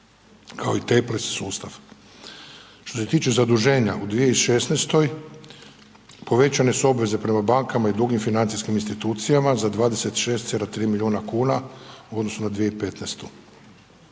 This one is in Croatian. kao i temples sustav. Što se tiče zaduženja u 2016. povećane su obveze prema bankama i drugim financijskim institucijama za 26,3 milijuna kuna u odnosu na 2015.